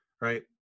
right